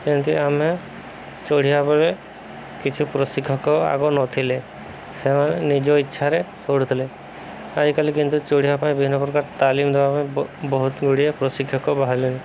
ଯେନ୍ତି ଆମେ ଚଢ଼ିବା ପରେ କିଛି ପ୍ରଶିକ୍ଷକ ଆଗ ନଥିଲେ ସେମାନେ ନିଜ ଇଚ୍ଛାରେ ଚଢ଼ୁଥିଲେ ଆଜିକାଲି କିନ୍ତୁ ଚଢ଼ିବା ପାଇଁ ବିଭିନ୍ନ ପ୍ରକାର ତାଲିମ ଦେବା ପାଇଁ ବହୁତ ଗୁଡ଼ିଏ ପ୍ରଶିକ୍ଷକ ବାହାରିଲେଣି